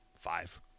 Five